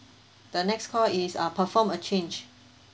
the next call is uh perform a change